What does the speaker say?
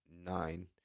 nine